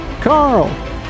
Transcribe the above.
Carl